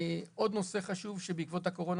עוד נושא חשוב, שהתחזק מאוד בעקבות הקורונה,